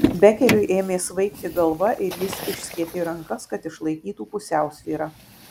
bekeriui ėmė svaigti galva ir jis išskėtė rankas kad išlaikytų pusiausvyrą